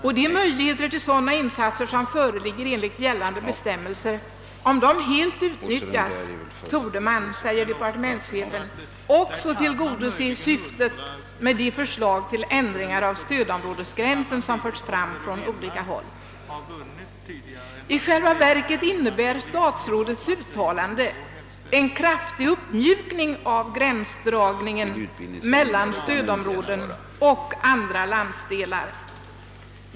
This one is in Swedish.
Om de möjligheter till sådana insatser, som föreligger enligt gällande bestämmelser, helt utnyttjas, torde man, säger departementschefen, också tillgodose syftet med de förslag till ändringar av stödområdesgränsen som förts fram från olika håll. I själva verket innebär statsrådets uttalande en kraftig uppmjukning av gränsdragningen mellan stödområden och andra landsdelar.